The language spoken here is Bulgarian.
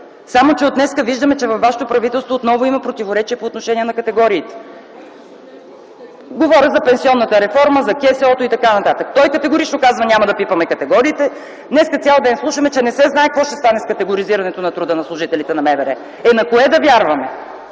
само че от днес виждаме, че във вашето правителство отново има противоречия по отношение на категориите. Говоря за пенсионната реформа, за Кодекса за социално осигуряване и т.н. Той категорично казва: „Няма да пипаме категории!”, а днес цял ден слушаме, че не се знае какво ще стане с категоризирането на труда на служителите на МВР. Е, на кое да вярваме?!